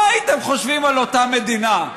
מה הייתם חושבים על אותה מדינה?